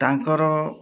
ତାଙ୍କର